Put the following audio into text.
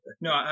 No